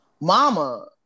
Mama